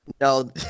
No